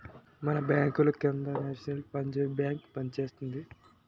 మన బాంకుల కింద నేషనల్ పంజాబ్ బేంకు పనిచేస్తోంది